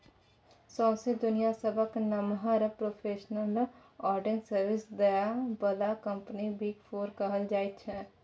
सौंसे दुनियाँक सबसँ नमहर प्रोफेसनल आडिट सर्विस दय बला कंपनी बिग फोर कहल जाइ छै